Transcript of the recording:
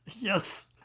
Yes